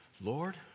Lord